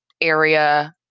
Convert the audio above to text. area